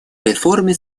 реформе